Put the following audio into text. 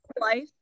life